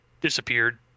disappeared